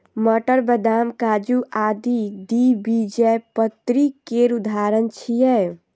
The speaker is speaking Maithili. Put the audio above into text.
मटर, बदाम, काजू आदि द्विबीजपत्री केर उदाहरण छियै